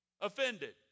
offended